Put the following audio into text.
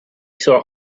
saw